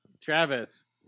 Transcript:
Travis